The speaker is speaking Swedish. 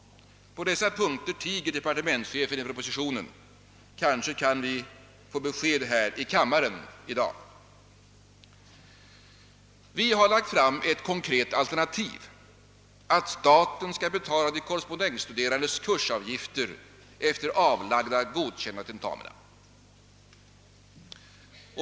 På dessa punkter tiger departementschefen i propositionen. Kanske kan vi få besked här i kammaren nu. Vi har lagt fram ett konkret alternativ: att staten skall betala de korrespondensstuderandes kursavgifter efter avlagda godkända tentamina.